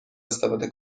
استفاده